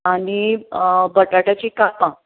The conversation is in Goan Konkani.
आनी बटाट्याची कापां